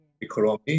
economy